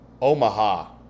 Omaha